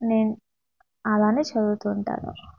నేను అలాగే చదువుతు ఉంటాను